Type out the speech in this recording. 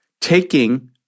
taking